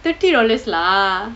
thirty dollars lah